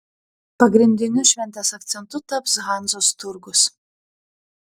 pagrindiniu šventės akcentu taps hanzos turgus